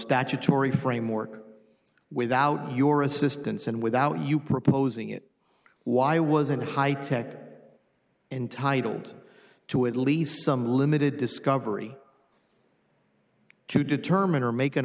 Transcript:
statutory framework without your assistance and without you proposing it why wasn't high tech entitled to at least some limited discovery to determine or make an